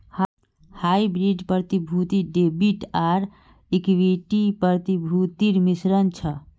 hybrid प्रतिभूति debit आर equity प्रतिभूतिर मिश्रण छ